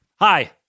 Hi